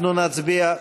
אנחנו נצביע.